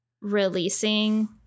releasing